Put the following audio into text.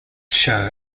show